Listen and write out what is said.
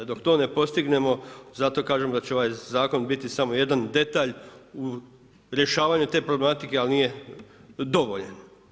Dok to ne postignemo, zato kažem da će ovaj zakon biti samo jedan detalj u rješavanju te problematike ali nije dovoljan.